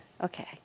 Okay